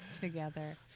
together